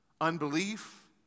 Unbelief